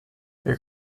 wir